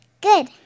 Good